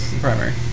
primary